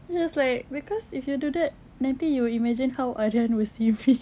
then she was like because if you do that nanti you will imagine how aryan will see me